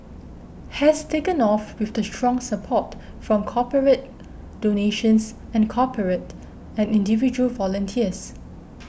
has taken off with the strong support from corporate donations and corporate and individual volunteers